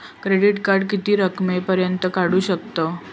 Credit card किती रकमेपर्यंत काढू शकतव?